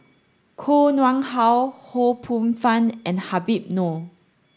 Koh Nguang How Ho Poh Fun and Habib Noh